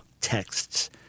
texts